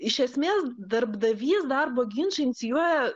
iš esmės darbdavys darbo ginčą inicijuoja